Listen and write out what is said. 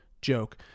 Joke